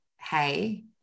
hey